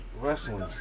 Wrestling